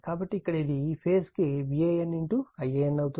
కాబట్టి ఇక్కడ ఇది ఈ ఫేజ్ కు VAN Ia అవుతుంది